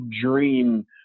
dream